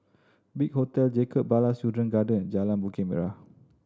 Big Hotel Jacob Ballas Children Garden Jalan Bukit Merah